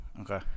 Okay